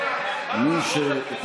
למי אתה מפריע עכשיו, לראש הממשלה?